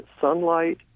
sunlight